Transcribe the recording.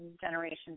generation